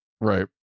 Right